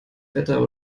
wetter